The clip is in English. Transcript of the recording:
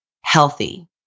healthy